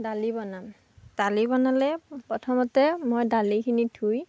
দালি বনাম দালি বনালে প্ৰথমতে মই দালিখিনি ধুই